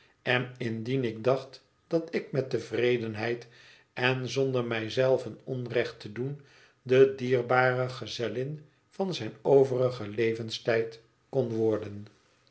en indien ik dacht dat ik met tevredenheid en zonder mij zelve onrecht te doen de dierbare gezellin van zijn overigen levenstijd kon worden